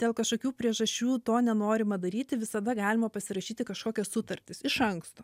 dėl kažkokių priežasčių to nenorima daryti visada galima pasirašyti kažkokias sutartis iš anksto